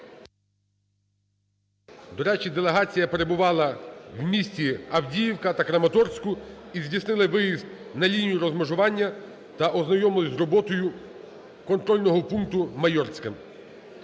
До речі, делегація перебувала в місті Авдіївка та Краматорську і здійснила виїзд на лінію розмежування та ознайомились з роботою контрольного пункту "Майорське".